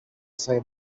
same